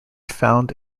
found